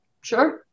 sure